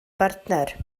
bartner